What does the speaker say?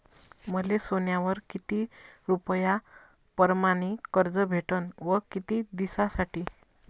मले सोन्यावर किती रुपया परमाने कर्ज भेटन व किती दिसासाठी?